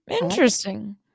Interesting